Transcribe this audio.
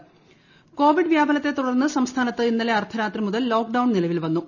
lock down Covid വ്യാപനത്തെ തുടർന്ന് സംസ്ഥാനത്ത് ഇന്നലെ അർദ്ധരാത്രി മുതൽ ലോക്ക് ഡൌൺ നിലവിൽ വന്നു